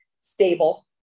stable